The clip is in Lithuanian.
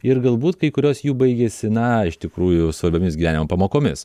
ir galbūt kai kurios jų baigėsi na iš tikrųjų svarbiomis gyvenimo pamokomis